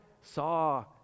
saw